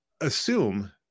assume